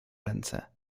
ręce